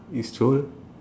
you stole